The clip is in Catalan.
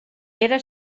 era